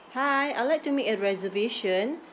hi I'd like to make a reservation